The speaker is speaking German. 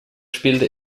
spielte